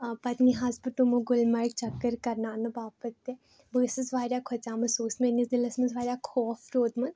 آ پَتہٕ نیٖہَس بہٕ تُمو گُلمَرگ چَکر کَرناونہٕ باپَتھ تہِ بہٕ ٲسٕس واریاہ کھۄژیامٕژ سُہ اوس میٛٲنِس دِلَس منٛز واریاہ خوف روٗدمُت